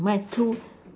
mine is two